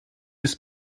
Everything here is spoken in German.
ist